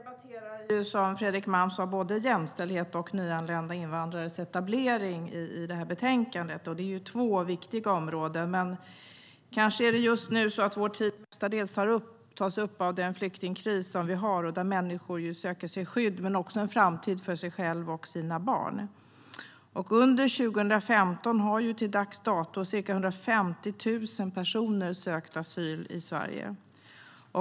Herr talman! Som Fredrik Malm sa debatterar vi både jämställdhet och nyanlända invandrares etablering med anledning av det här betänkandet. Det är två viktiga områden, men kanske är det just nu så att vår tid mestadels tas upp av den flyktingkris som vi har. Människor söker sig skydd men också en framtid för sig själva och sina barn. Under 2015 har till dags dato ca 150 000 personer sökt asyl i Sverige.